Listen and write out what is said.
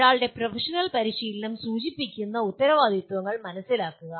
ഒരാളുടെ പ്രൊഫഷണൽ പരിശീലനം സൂചിപ്പിക്കുന്ന ഉത്തരവാദിത്വങ്ങൾ മനസിലാക്കുക